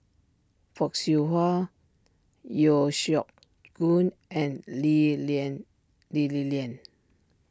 Fock Siew Wah Yeo Siak Goon and Lee Lian Lee Li Lian